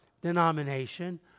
denomination